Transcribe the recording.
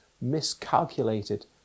miscalculated